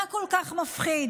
מה כל כך מפחיד?